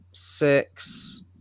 six